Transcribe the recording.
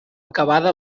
acabada